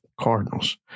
Cardinals